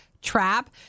trap